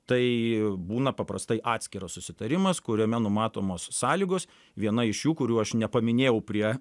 tai būna paprastai atskiras susitarimas kuriame numatomos sąlygos viena iš jų kurių aš nepaminėjau prie